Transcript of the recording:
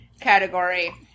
category